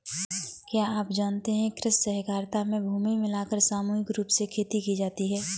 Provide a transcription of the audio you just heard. क्या आप जानते है कृषि सहकारिता में भूमि मिलाकर सामूहिक रूप से खेती की जाती है?